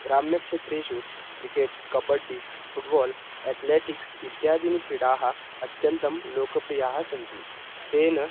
ग्राम्यक्षेत्रेषु cricket kabaddi football athletics इत्यादीनि क्रीडाः अत्यन्तं लोकप्रियाः सन्ति तेन